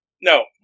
No